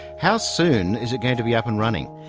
how soon is it going to be up and running?